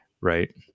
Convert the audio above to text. Right